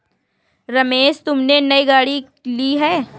रमेश तुमने नई गाड़ी ली हैं